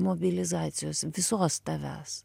mobilizacijos visos tavęs